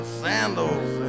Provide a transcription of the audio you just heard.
sandals